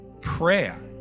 prayer